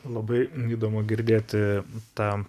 labai įdomu girdėti tą